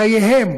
חייהם,